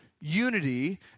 Unity